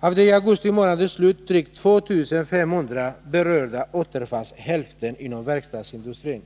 Av de vid augusti månads slut drygt 2 500 berörda återfanns hälften inom verkstadsindustrin.